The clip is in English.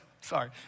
sorry